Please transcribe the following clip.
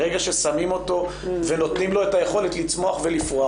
ברגע ששמים אותו ונותנים לו את היכולת לצמוח ולפרוח,